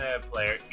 player